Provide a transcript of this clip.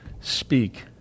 Speak